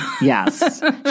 Yes